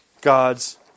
God's